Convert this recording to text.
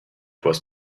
was